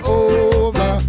over